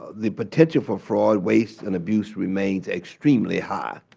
the potential for fraud, waste, and abuse remains extremely high.